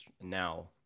now